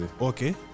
Okay